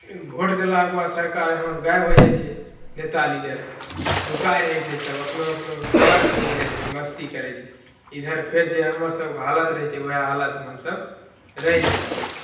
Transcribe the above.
vote देलाके बाद सरकार यहाँ से गायब हो जाइत छै नेता लीडर नुकाए रहए छै सब अपना अपना शहरमे चलि जाइत छै मस्ती करैत छै इधर फेर जे हमर सबके हालत रहैत छै ओएह हालतमे हमसब रहि जाइत छियै